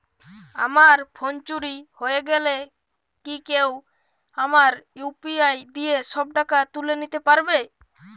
আমার ফোন চুরি হয়ে গেলে কি কেউ আমার ইউ.পি.আই দিয়ে সব টাকা তুলে নিতে পারবে?